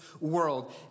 world